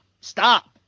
Stop